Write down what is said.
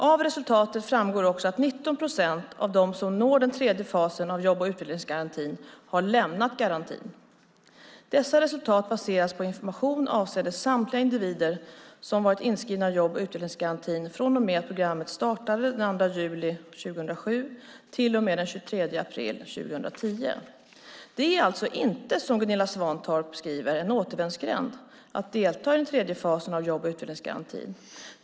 Av resultaten framgår också att 19 procent av dem som når den tredje fasen av jobb och utvecklingsgarantin har lämnat garantin. Dessa resultat baseras på information avseende samtliga individer som varit inskrivna i jobb och utvecklingsgarantin från och med att programmet startade den 2 juli 2007 till och med den 23 april 2010. Det är alltså inte som Gunilla Svantorp skriver en återvändsgränd att delta i den tredje fasen av jobb och utvecklingsgarantin.